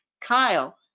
Kyle